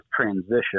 transition